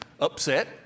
upset